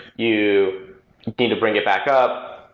you deem to bring it back up.